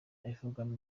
avugamo